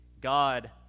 God